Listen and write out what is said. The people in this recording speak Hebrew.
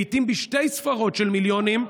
לעתים בשתי ספרות של מיליונים,